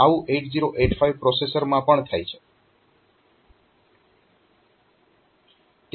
આવું 8085 પ્રોસેસરમાં પણ થાય છે